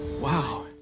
Wow